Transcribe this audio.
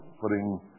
putting